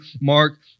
Mark